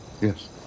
yes